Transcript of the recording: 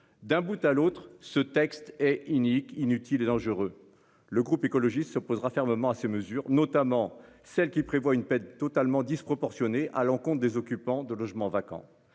d'un bout à l'autre. Ce texte est unique inutile et dangereux. Le groupe écologiste s'opposera fermement à ces mesures notamment celles qui prévoit une peine totalement disproportionnée à l'encontre des occupants de logements vacants.